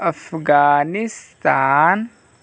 Afghanistan